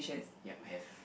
ya have